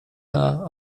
her